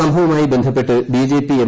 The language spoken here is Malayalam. സംഭവവുമായി ബന്ധപ്പെട്ട് ബി ജെ പി എം